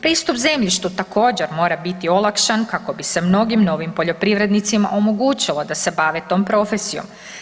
Pristup zemljištu također mora biti olakšan kako bi se mnogi novim poljoprivrednicima omogućilo da se bave tom profesijom.